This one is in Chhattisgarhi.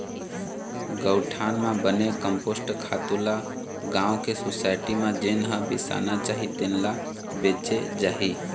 गउठान म बने कम्पोस्ट खातू ल गाँव के सुसायटी म जेन ह बिसाना चाही तेन ल बेचे जाही